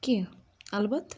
کیٚنٛہہ اَلبتہ